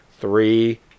three